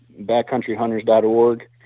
backcountryhunters.org